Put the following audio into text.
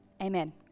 Amen